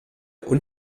und